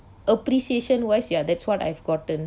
appreciation wise ya that's what I've gotten